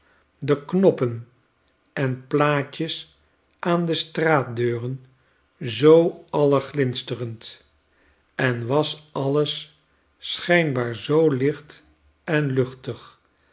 de knoppen en plaatjes aan de straatdeuren zoo allerglinsterend en was alles schijnbaar zoo licht en luchtig